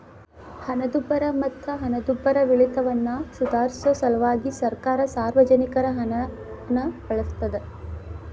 ಹಣದುಬ್ಬರ ಮತ್ತ ಹಣದುಬ್ಬರವಿಳಿತವನ್ನ ಸುಧಾರ್ಸ ಸಲ್ವಾಗಿ ಸರ್ಕಾರ ಸಾರ್ವಜನಿಕರ ಹಣನ ಬಳಸ್ತಾದ